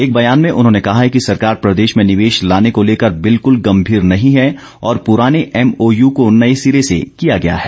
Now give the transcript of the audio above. एक बयान में उन्होने कहा कि सरकार प्रदेश में निवेश लाने को लेकर बिल्कुल गंभीर नही है और पुराने एमओयू को नये सिरे से किया गया है